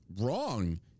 Wrong